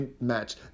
match